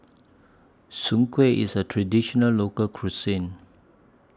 Soon Kuih IS A Traditional Local Cuisine